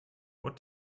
what